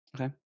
Okay